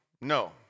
No